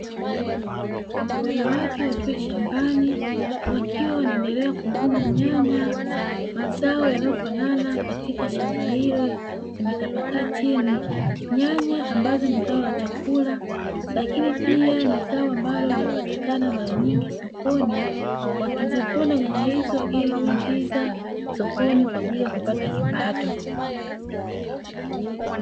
Wanawake wakiwa shambani, wakiwa wanaendelea kuvuna nyanya, mazao yanayofanana katika shamba hilo. Zimetapakaa chini nyanya, ambazo ni zao la chakula, lakini pia ni zao ambalo linapatikana mara nyingi sokoni. Wakizivuna nyanya hizo ili kuingiza sokoni kwa ajili ya kupata kipato.